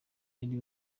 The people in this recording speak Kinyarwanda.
ari